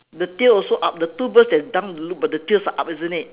the tail also up the two birds that's down look but the tails are up isn't it